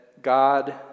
God